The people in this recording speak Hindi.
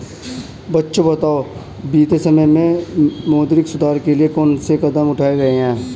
बच्चों बताओ बीते समय में मौद्रिक सुधार के लिए कौन से कदम उठाऐ गए है?